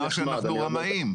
הוא אמר שאנחנו רמאים.